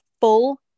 full